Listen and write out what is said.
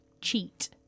cheat